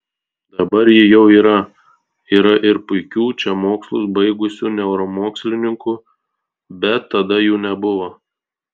dabar ji jau yra yra ir puikių čia mokslus baigusių neuromokslininkų bet tada jų nebuvo